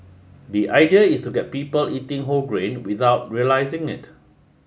the idea is to get people eating whole grain without realising it